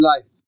life